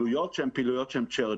פעילויות שהן charitable.